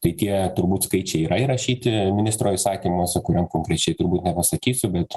tai tie turbūt skaičiai yra įrašyti ministro įsakymuose kuriam konkrečiai turbūt nepasakysiu bet